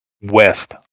west